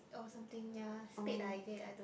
oh something ya spade lah is it I don't